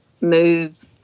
move